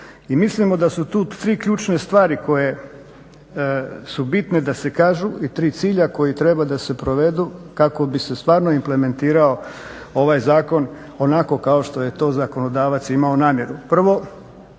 mislimo da su tu tri ključne stvari koje su bitne da se kažu i tri cilja koji treba da se provedu kako bi se stvarno implementirao ovaj zakon onako kao što je to zakonodavac imao namjeru.